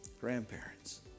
grandparents